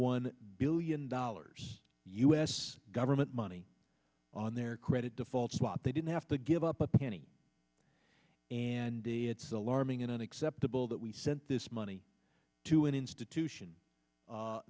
one billion dollars u s government money on their credit default swap they didn't have to give up a penny and it's alarming and unacceptable that we sent this money to an institution